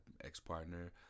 ex-partner